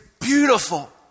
beautiful